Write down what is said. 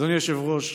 אדוני היושב-ראש,